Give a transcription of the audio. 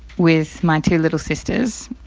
with my two little sisters